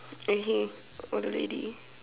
okay all already